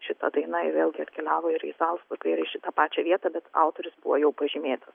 šita daina ji vėlgi atkeliavo ir į zalcburgą ir į šitą pačią vietą bet autorius buvo jau pažymėtas